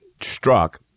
struck